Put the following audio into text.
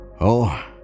Oh